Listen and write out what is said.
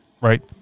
right